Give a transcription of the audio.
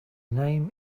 name